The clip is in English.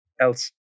else